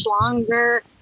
longer